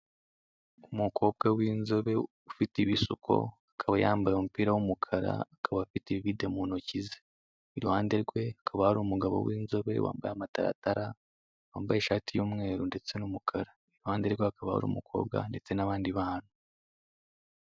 Umukobwa w'inzobe ufite ibisuko akaba yambaye umupira w'umukara, akaba afite ivide mu ntoki ze, iruhande rwe hakaba hari umugabo w'inzobe wambaye amataratara, wambaye ishati y'umweru ndetse n'umukara, iruhande rwe hakaba hari umukobwa ndetse n'abandi bantu.